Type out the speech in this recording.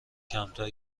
کمتر